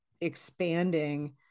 expanding